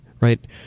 right